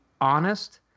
honest